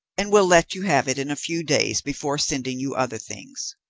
and will let you have it in a few days before sending you other things.